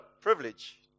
privilege